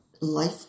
life